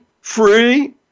free